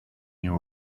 new